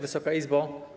Wysoka Izbo!